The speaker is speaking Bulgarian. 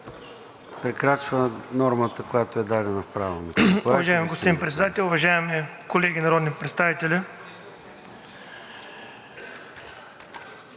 прекрачва нормата, която е дадена в Правилника.